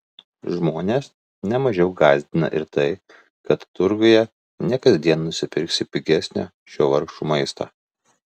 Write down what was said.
žmones ne mažiau gąsdina ir tai kad turguje ne kasdien nusipirksi pigesnio šio vargšų maisto